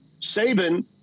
Saban